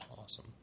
Awesome